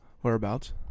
Whereabouts